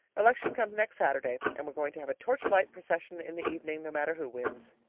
election comes next saturday, and we're going to have a torchlight procession in the evening, no matter who wins.